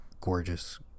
gorgeous